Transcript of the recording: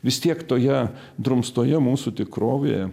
vis tiek toje drumstoje mūsų tikrovėje